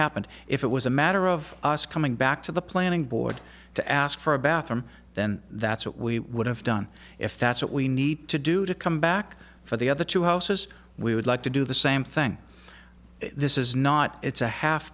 happened if it was a matter of us coming back to the planning board to ask for a bathroom then that's what we would have done if that's what we need to do to come back for the other two houses we would like to do the same thing this is not it's a half